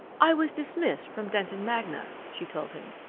i was dismissed from detton magna, she told him.